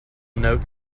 note